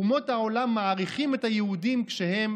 אומות העולם מעריכות את היהודים כשהם